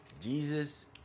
Jesus